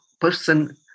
person